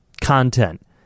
content